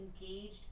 engaged